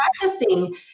practicing